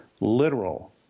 literal